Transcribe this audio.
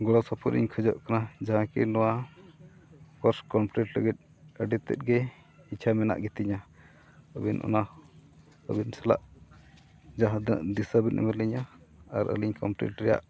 ᱜᱚᱲᱚ ᱥᱚᱯᱚᱦᱚᱫ ᱤᱧ ᱠᱷᱚᱡᱚᱜ ᱠᱟᱱᱟ ᱡᱟᱦᱟᱸ ᱠᱤ ᱱᱚᱣᱟ ᱠᱳᱨᱥ ᱠᱚᱢᱯᱤᱞᱤᱴ ᱞᱟᱹᱜᱤᱫ ᱟᱹᱰᱤ ᱛᱮᱫᱜᱮ ᱤᱪᱪᱷᱟ ᱢᱮᱱᱟᱜ ᱜᱮᱛᱤᱧᱟ ᱟᱹᱵᱤᱱ ᱚᱱᱟ ᱟᱹᱵᱤᱱ ᱥᱟᱞᱟᱜ ᱡᱟᱦᱟᱸ ᱫᱤᱥᱟᱹᱵᱤᱱ ᱮᱢᱟᱞᱤᱧᱟᱹ ᱟᱨ ᱟᱹᱞᱤᱧ ᱠᱚᱢᱯᱤᱞᱤᱴ ᱨᱮᱭᱟᱜ